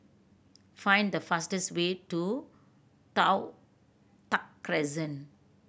find the fastest way to Toh Tuck Crescent